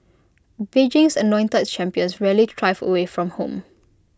Beijing's anointed champions rarely thrive away from home